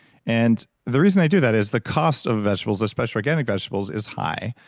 and the reason they do that is the cost of vegetables, especially organic vegetables is high.